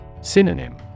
Synonym